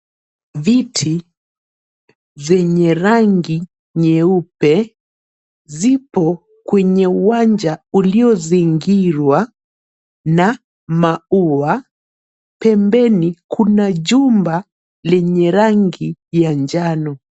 Viti venye rang nyeupe zipo kwenye uwanja uliozingirwa na maua. Pembeni kuna jumba lenye rangi ya njano.